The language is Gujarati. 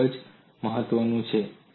તે જ મહત્વનું છે